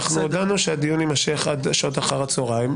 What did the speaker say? הודענו שהדיון יימשך עד שעות אחר הצוהריים,